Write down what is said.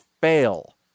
fail